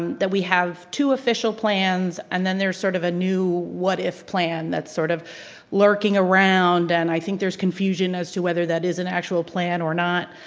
and that we have two official plans and then there's sort of a new what if plan that sort of lurking around and i think there's confusion as to whether that is an actual plan or not.